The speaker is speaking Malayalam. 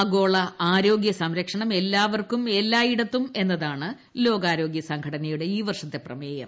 ആഗോള ആരോഗ്യ സംരക്ഷണം എല്ലാവർക്കും എല്ലായിടത്തും എന്നതാണ് ലോകാരോഗ്യ സംഘട നയുടെ ഈ വർഷത്തെ പ്രമേയം